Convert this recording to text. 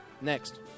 Next